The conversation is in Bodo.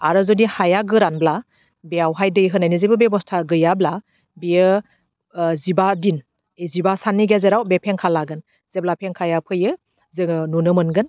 आरो जुदि हाया गोरानब्ला बेयावहाय दै होनायनि जेबो बेबस्था गैयाब्ला बियो ओह जिबा दिन जिबा साननि गेजेराव बे फेंखा लागोन जेब्ला फेंखाया फैयो जोङो नुनो मोनगोन